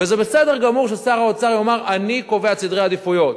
וזה בסדר גמור ששר האוצר יאמר: אני קובע את סדרי העדיפויות.